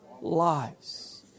lives